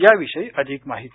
या विषयी अधिक माहिती